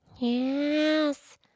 Yes